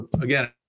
again